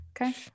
Okay